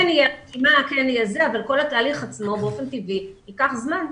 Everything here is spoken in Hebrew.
כל התהליך עצמו באופף טבעי ייקח זמן.